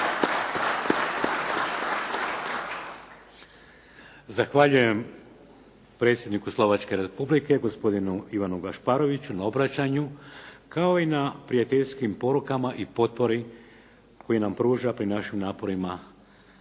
Zahvaljujem predsjedniku Slovačke Republike, gospodinu Ivanu Gašparoviću na obraćanju, kao i na prijateljskim porukama i potpori koju nam pruža pri našim naporima